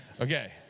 Okay